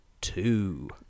two